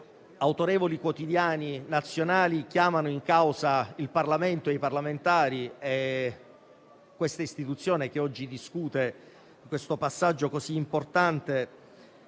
autorevoli quotidiani nazionali chiamano in causa il Parlamento, i parlamentari e questa Istituzione, che discute un passaggio così importante.